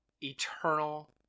eternal